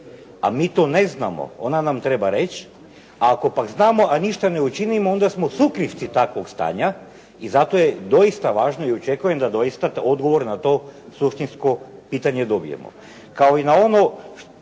a mi to ne znamo onda nam treba reći, a ako pak znamo a ništa ne učinimo onda smo sukrivci takvog stanja i zato je doista važno i očekujem da doista odgovor na to suštinsko pitanje dobijemo.